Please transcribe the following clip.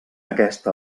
aquesta